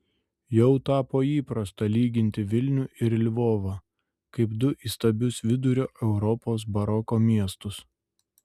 jau tapo įprasta lyginti vilnių ir lvovą kaip du įstabius vidurio europos baroko miestus